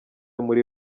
muri